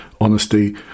honesty